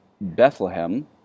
Bethlehem